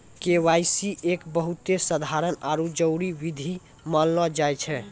KYC एक बहुते साधारण आरु जरूरी विधि मानलो जाय छै